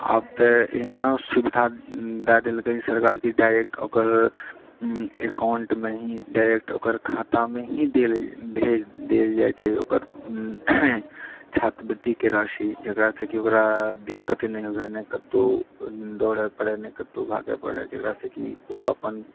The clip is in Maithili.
आब तऽ एहिना सुविधा दए देलकै सरकार कि डायरेक्ट ओकर एकाउंटमे ही डायरेक्ट ओकर खातामे ही देल भेज देल जाइत छै ओकर छात्रवृत्तिके राशि जकरासँ कि ओकरा दिक्कत नहि हुए नहि कतहुँ दौड़य पड़ै नहि कतहुँ भागए पड़ए जकरासँ कि ओ अपन